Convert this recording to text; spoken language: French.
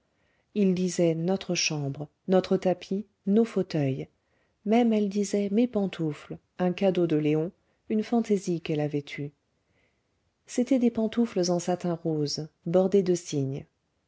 ils disaient notre chambre notre tapis nos fauteuils même elle disait mes pantoufles un cadeau de léon une fantaisie qu'elle avait eue c'étaient des pantoufles en satin rose bordées de cygne